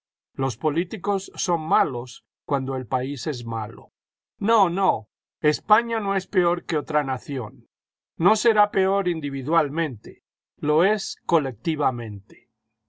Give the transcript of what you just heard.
los políticos son malos cuando el país es malo no no españa no es peor que otra nación no será peor individualmente lo es colectivamente